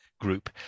Group